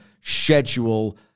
schedule